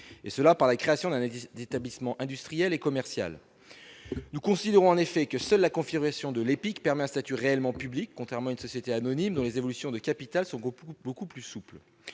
et cela par la création d'un état d'établissement industriel et commercial, nous considérons en effet que seule la confirmation de l'Epic permet un statut réellement public contrairement à une société anonyme dont les évolutions de capital sont beaucoup, beaucoup